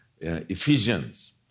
Ephesians